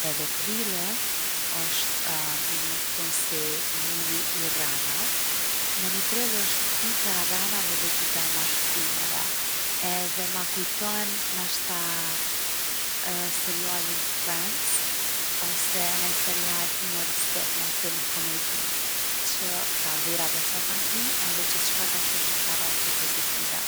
Edhe prilli osht i njoftun si muji i rrenave. Me 1 prill osht dita e rrenave edhe dita e mashtrimeve, edhe ma kujton nashta serialin Friends ose naj serial humoristik, naj film komedi, që pranvera veq sa ka hi edhe gjithçka tash osht qesharake pozitive.